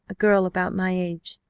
a girl about my age,